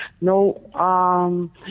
No